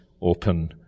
open